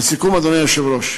לסיכום, אדוני היושב-ראש,